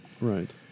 Right